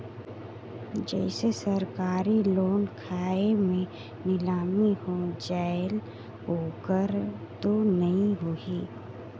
जैसे सरकारी लोन खाय मे नीलामी हो जायेल ओकर तो नइ होही?